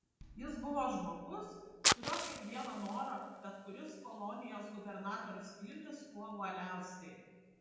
jis buvo žmogus kurio kiekvieną norą bet kuris kolonijos gubernatorius pildys kuo uoliausiai